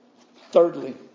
Thirdly